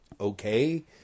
okay